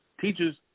teachers